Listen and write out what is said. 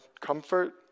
comfort